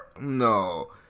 No